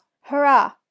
Hurrah